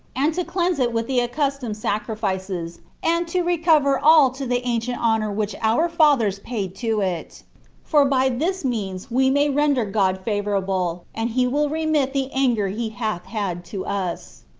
and to cleanse it with the accustomed sacrifices, and to recover all to the ancient honor which our fathers paid to it for by this means we may render god favorable, and he will remit the anger he hath had to us.